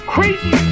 Crazy